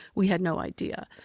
we had no idea.